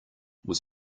was